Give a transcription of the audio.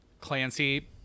Clancy